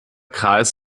kreis